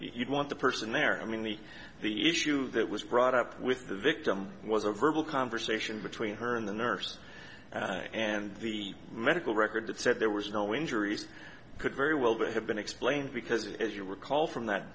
you want the person there i mean the the issue that was brought up with the victim was a verbal conversation between her and the nurse and the medical record that said there was no injuries could very well but have been explained because as you recall from that